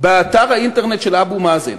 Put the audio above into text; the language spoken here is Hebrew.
באתר האינטרנט של אבו מאזן